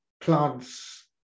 plants